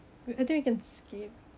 I think we can skip